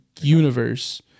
universe